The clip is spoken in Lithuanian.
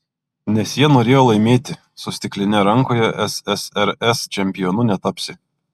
nes jie norėjo laimėti su stikline rankoje ssrs čempionu netapsi